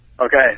Okay